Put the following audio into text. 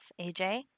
AJ